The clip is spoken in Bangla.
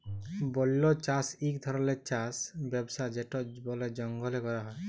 বল্য চাষ ইক ধরলের চাষ ব্যবস্থা যেট বলে জঙ্গলে ক্যরা হ্যয়